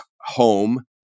home